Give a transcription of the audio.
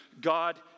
God